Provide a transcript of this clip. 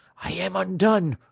i am undone!